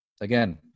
again